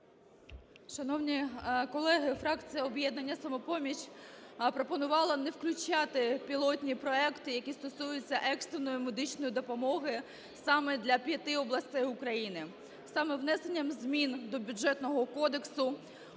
Шановні колеги, фракція "Об'єднання "Самопоміч" пропонувала не включати пілотні проекти, які стосуються екстреної медичної допомоги саме для п'яти областей України. Саме внесенням змін до Бюджетного кодексу